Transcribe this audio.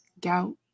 Gout